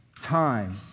time